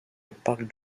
park